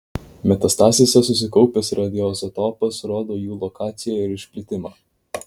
metastazėse susikaupęs radioizotopas rodo jų lokalizaciją ir išplitimą